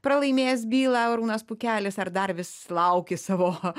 pralaimėjęs bylą arūnas pukelis ar dar vis lauki savo